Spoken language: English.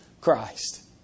Christ